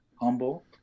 humble